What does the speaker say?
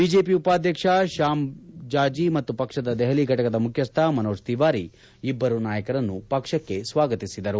BJP ಉಪಾಧ್ವಕ್ಷ ಶ್ಯಾಮ್ ಜಾಜಿ ಮತ್ತು ಪಕ್ಷದ ದೆಹಲಿ ಫಟಕದ ಮುಖ್ಯಸ್ಥ ಮನೋಜ್ ತಿವಾರಿ ಇಬ್ಬರು ನಾಯಕರನ್ನು ಪಕ್ಷಕ್ಕೆ ಸ್ವಾಗತಿಸಿದರು